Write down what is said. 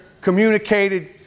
communicated